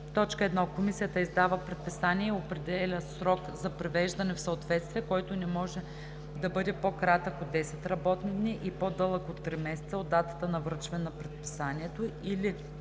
1. комисията издава предписание и определя срок за привеждане в съответствие, който не може да бъде по-кратък от 10 работни дни и по-дълъг от три месеца от датата на връчване на предписанието, или 2.